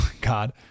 God